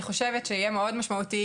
אני חושבת שיהיה מאוד משמעותי,